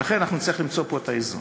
ולכן אנחנו נצטרך למצוא פה את האיזון.